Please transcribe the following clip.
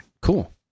Cool